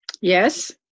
Yes